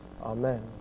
Amen